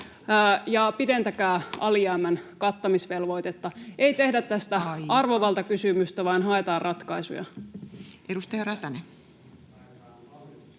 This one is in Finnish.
pidentäkää alijäämän kattamisvelvoitetta. Ei tehdä tästä arvovaltakysymystä, [Puhemies: Aika!] vaan haetaan ratkaisuja.